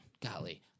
golly